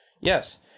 yes